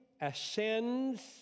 ascends